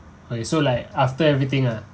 uh it so like after everything ah